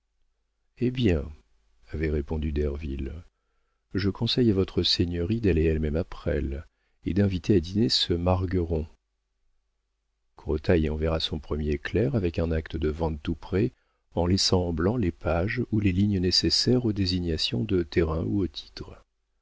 eh bien avait répondu derville je conseille à votre seigneurie d'aller elle-même à presles et d'inviter à dîner ce margueron crottat y enverra son premier clerc avec un acte de vente tout prêt en laissant en blanc les pages ou les lignes nécessaires aux désignations de terrain ou aux titres